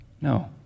No